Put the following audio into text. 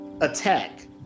attack